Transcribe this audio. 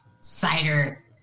cider